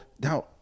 Now